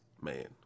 man